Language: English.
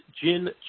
Jin